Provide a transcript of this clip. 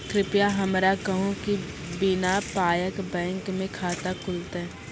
कृपया हमरा कहू कि बिना पायक बैंक मे खाता खुलतै?